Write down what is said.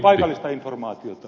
arvoisa herra puhemies